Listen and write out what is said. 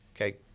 Okay